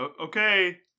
okay